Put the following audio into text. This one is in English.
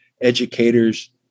Educators